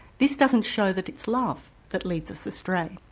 this doesn't show that it's love that leads us astray.